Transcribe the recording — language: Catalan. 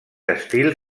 estil